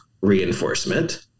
reinforcement